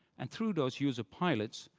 and through those user pilots,